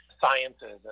sciences